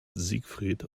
siegfried